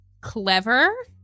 clever